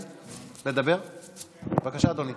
בבקשה, אדוני.